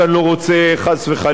חס וחלילה,